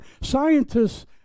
Scientists